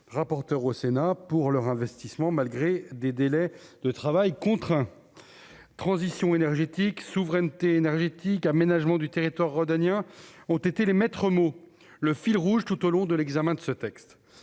rapporteur au Sénat pour leur investissement malgré des délais de travail contraint transition énergétique souveraineté énergétique, aménagement du territoire rhodaniens ont été les maîtres mots le fil rouge tout au long de l'examen de ce texte,